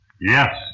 Yes